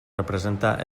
representa